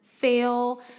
fail